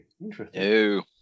Interesting